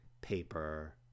paper